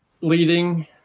leading